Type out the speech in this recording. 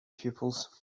pupils